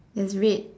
it's red